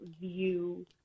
view